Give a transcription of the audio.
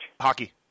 Hockey